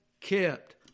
kept